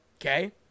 Okay